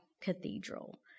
cathedral